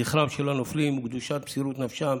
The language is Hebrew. זכרם של הנופלים וקדושת מסירות נפשם